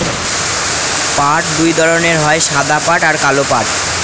পাট দুই ধরনের হয় সাদা পাট আর কালো পাট